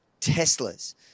Teslas